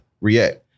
react